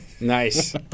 Nice